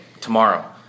tomorrow